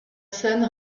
scène